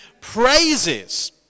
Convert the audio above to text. praises